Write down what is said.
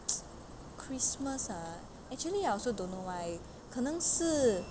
christmas ah actually I also don't know why 可能是